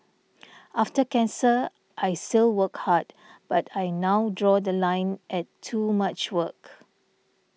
after cancer I still work hard but I now draw The Line at too much work